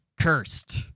cursed